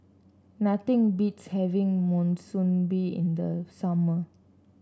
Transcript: nothing beats having Monsunabe in the summer